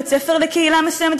בית-ספר לקהילה מסוימת,